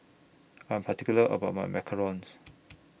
I Am particular about My Macarons